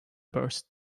burst